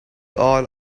all